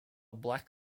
black